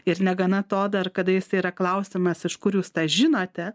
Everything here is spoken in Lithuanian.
ir negana to dar kada jisai yra klausiamas iš kur jūs tą žinote